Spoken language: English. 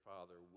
Father